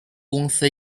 公司